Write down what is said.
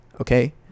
Okay